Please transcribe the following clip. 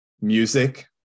music